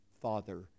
Father